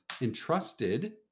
entrusted